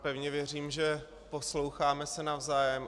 Pevně věřím, že se posloucháme navzájem.